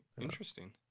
Interesting